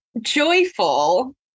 joyful